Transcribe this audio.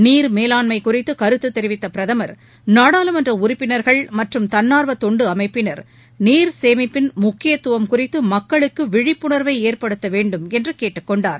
நீர் மேலாண்மை குறித்து கருத்து தெரிவித்த பிரதமர் நாடாளுமன்ற உறுப்பினர்கள் மற்றும் தன்னார்வ தொண்டு அமைப்பினர் நீர் சேமிப்பின் முக்கியத்துவம் குறித்து மக்களுக்கு விழிப்புணர்வை ஏற்படுத்த வேண்டும் என்று கேட்டுக்கொண்டார்